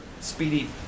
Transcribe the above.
speedy